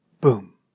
Boom